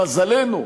למזלנו,